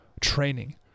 training